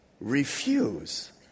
refuse